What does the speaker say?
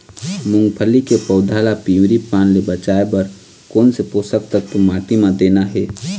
मुंगफली के पौधा ला पिवरी पान ले बचाए बर कोन से पोषक तत्व माटी म देना हे?